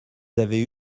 avaient